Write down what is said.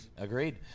Agreed